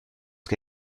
que